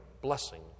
blessing